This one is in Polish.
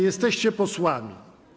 Jesteście posłami.